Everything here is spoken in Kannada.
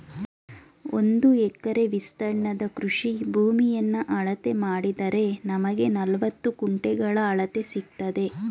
ಒಂದು ಎಕರೆ ವಿಸ್ತೀರ್ಣದ ಕೃಷಿ ಭೂಮಿಯನ್ನ ಅಳತೆ ಮಾಡಿದರೆ ನಮ್ಗೆ ನಲವತ್ತು ಗುಂಟೆಗಳ ಅಳತೆ ಸಿಕ್ತದೆ